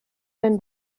wenn